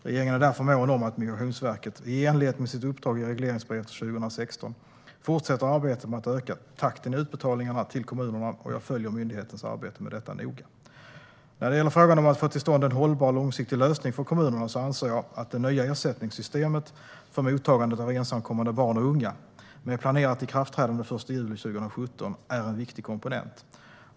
Regeringen är därför mån om att Migrationsverket, i enlighet med sitt uppdrag i regleringsbrevet för 2016, fortsätter arbetet med att öka takten i utbetalningarna till kommunerna, och jag följer noga myndighetens arbete med detta. När det gäller frågan om att få till stånd en hållbar och långsiktig lösning för kommunerna anser jag att det nya ersättningssystemet för mottagandet av ensamkommande barn och unga, med planerat ikraftträdande den 1 juli 2017, är en viktig komponent.